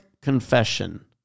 confession